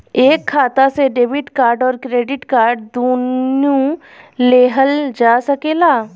एक खाता से डेबिट कार्ड और क्रेडिट कार्ड दुनु लेहल जा सकेला?